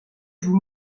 vous